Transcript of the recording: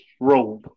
robe